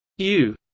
u